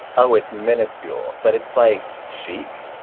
oh, it's minuscule, but it's like chic.